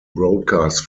broadcast